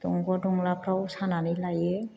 दंग' दंलाफ्राव सानानै लायो